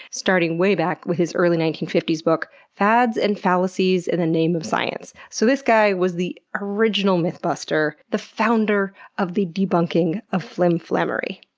starting way back with his early nineteen fifty s book fads and fallacies in the name of science. so this guy was the original myth buster, the founder of the debunking of flimflammery.